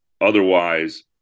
otherwise